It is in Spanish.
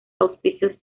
auspicios